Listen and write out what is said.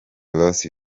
ross